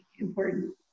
important